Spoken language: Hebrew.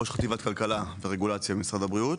ראש חטיבת כלכלה ורגולציה ממשרד הבריאות.